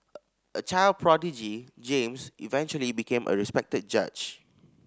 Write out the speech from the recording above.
a child prodigy James eventually became a respected judge